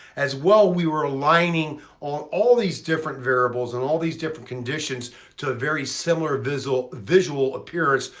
as well we were aligning on all these different variables and all these different conditions to a very similar visual visual appearance,